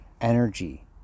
energy